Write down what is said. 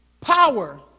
Power